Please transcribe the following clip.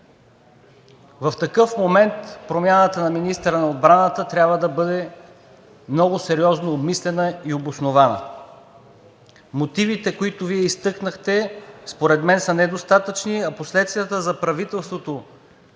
В такъв момент промяната на министъра на отбраната трябва да бъде много сериозно обмислена и обоснована. Мотивите, които Вие изтъкнахте, според мен са недостатъчни, а последствията за правителството